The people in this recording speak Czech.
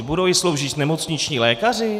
Budou ji sloužit nemocniční lékaři?